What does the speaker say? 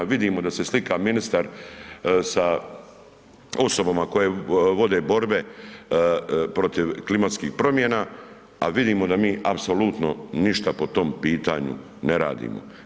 Vidimo da se slika ministar sa osobama koje vode borbe protiv klimatskih promjena, a vidimo da mi apsolutno ništa po tom pitanju ne radimo.